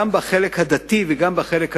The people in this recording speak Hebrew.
גם בחלק הדתי וגם בחלק הלאומי,